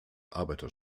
arbeiter